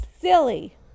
silly